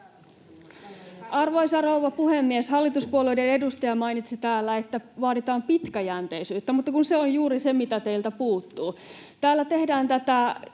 Arvoisa rouva puhemies! Hallituspuolueiden edustaja mainitsi täällä, että vaaditaan pitkäjänteisyyttä, mutta kun se on juuri se, mitä teiltä puuttuu. Täällä tehdään tätä,